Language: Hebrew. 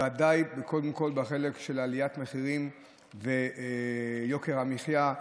ודאי קודם כול בחלק של עליית מחירים ויוקר המחיה,